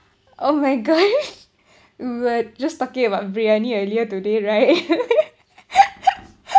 oh my gosh we're just talking about briyani earlier today right